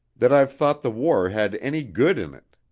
that i've thought the war had any good in it.